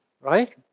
right